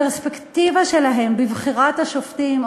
הפרספקטיבה שלהן בבחירת השופטים,